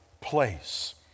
place